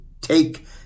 take